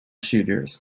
shooters